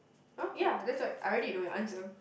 oh ya that's why I already know your answer